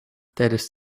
tijdens